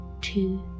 two